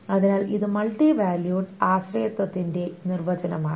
അതിനാൽ ഇത് multi valued ആശ്രയത്വത്തിന്റെ നിർവചനമാണ്